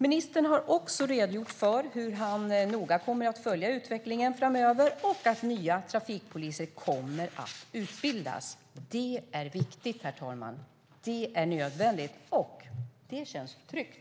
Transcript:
Ministern har också redogjort för hur han noga kommer att följa utvecklingen framöver och att nya trafikpoliser kommer att utbildas. Det är viktigt, herr talman. Det är nödvändigt. Och det känns tryggt.